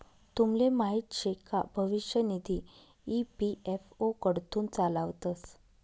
तुमले माहीत शे का भविष्य निधी ई.पी.एफ.ओ कडथून चालावतंस